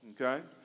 okay